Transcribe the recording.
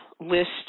list